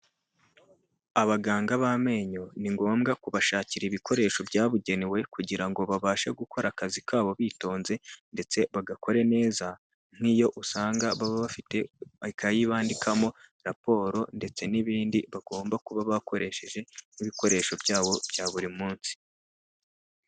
Abaganga b'amenyo ni ngombwa kubashakira ibikoresho byabugenewe kugira ngo babashe gukora akazi kabo bitonze ndetse bagakore neza, nk'iyo usanga baba bafite ikayi bandikamo raporo ndetse n'ibindi bagomba kuba bakoresheje nk'ibikoresho byabo bya buri munsi.